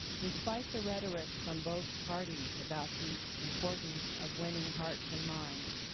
despite the rhetoric from both parties about the importance of winning hearts and minds,